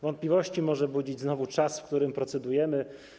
Wątpliwości może budzić czas, w którym procedujemy.